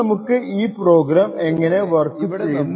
ഇനി നമുക്ക് ഈ പ്രോഗ്രാം എങ്ങനെ വർക്ക് ചെയ്യുന്നു എന്ന് നോക്കാം